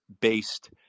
based